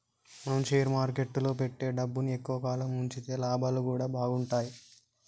మనం షేర్ మార్కెట్టులో పెట్టే డబ్బుని ఎక్కువ కాలం వుంచితే లాభాలు గూడా బాగుంటయ్